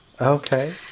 Okay